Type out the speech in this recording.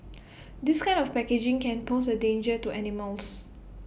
this kind of packaging can pose A danger to animals